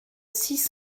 six